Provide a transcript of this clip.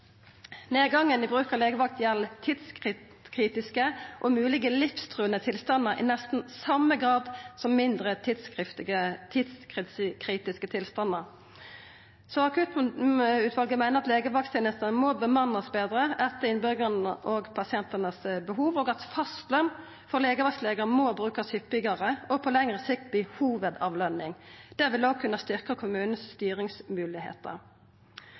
Nedgangen i bruk av legevakt gjeld tidskritiske og moglege livstruande tilstandar i nesten same grad som mindre tidskritiske tilstandar. Akuttutvalet meiner at legevakttenester må bemannast betre, etter innbyggjarane og pasientane sine behov, og at fastløn for legevaktslegar må brukast hyppigare og på lengre sikt verta hovudløn. Det vil òg kunna